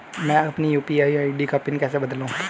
मैं अपनी UPI ID का पिन कैसे बदलूं?